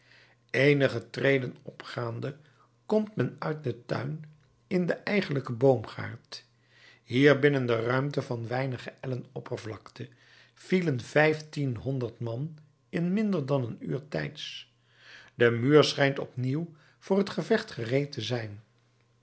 eenige treden opgaande komt men uit den tuin in den eigenlijken boomgaard hier binnen de ruimte van weinige ellen oppervlakte vielen vijftienhonderd man in minder dan een uur tijds de muur schijnt opnieuw voor het gevecht gereed te zijn